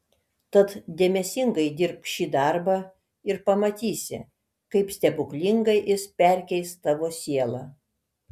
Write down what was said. tad dėmesingai dirbk šį darbą ir pamatysi kaip stebuklingai jis perkeis tavo sielą